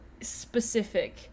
specific